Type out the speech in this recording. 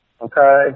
okay